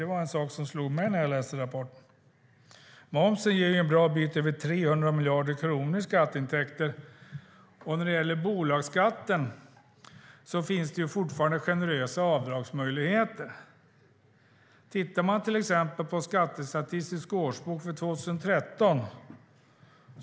Det var en sak som slog mig när jag läste rapporten. Momsen ger en bra bit över 300 miljarder kronor i skatteintäkter. Och när det gäller bolagsskatten finns det fortfarande generösa avdragsmöjligheter. Man kan till exempel titta i den skattestatistiska årsboken för 2013.